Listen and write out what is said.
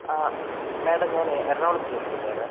ആ മേഡം ഞാൻ എറണാകുളത്ത്ന്ന് വിളിക്കുന്നതായിരുന്നു